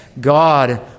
God